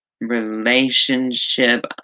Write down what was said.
relationship